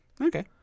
okay